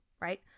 right